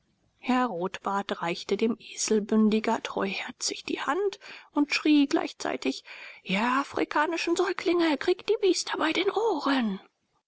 herr rotbart reichte dem eselbündiger treuherzig die hand nnd schrie gleichzeitig ihr afrikanischen säuglinge kriegt die biester bei den ohren